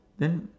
then